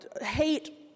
hate